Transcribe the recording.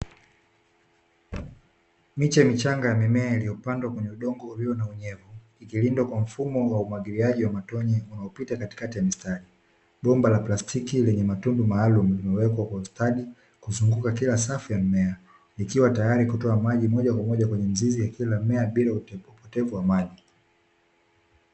Miche michanga ya mimea iliyopandwa kwenye udongo ulio na unyevu, ikilindwa kwa mfumo wa umwagiliaji wa matonye unaopita katikati ya mistari, bomba la plastiki lenye matundu maalumu limewekwa kwa ustadi kuzunguka kila safu ya mmea, likiwa tayari kutoa maji moja kwa moja kwenye mzizi ya kila mmea bila upotevu wa maji.